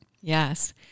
Yes